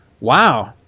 Wow